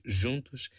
juntos